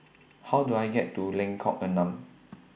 How Do I get to Lengkok Enam